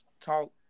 talk